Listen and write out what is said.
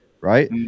right